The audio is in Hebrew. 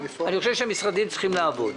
אני חושב שהמשרדים צריכים לעבוד,